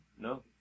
No